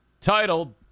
titled